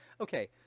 Okay